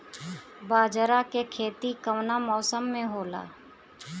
बाजरा के खेती कवना मौसम मे होला?